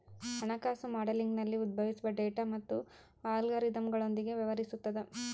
ಹಣಕಾಸು ಮಾಡೆಲಿಂಗ್ನಲ್ಲಿ ಉದ್ಭವಿಸುವ ಡೇಟಾ ಮತ್ತು ಅಲ್ಗಾರಿದಮ್ಗಳೊಂದಿಗೆ ವ್ಯವಹರಿಸುತದ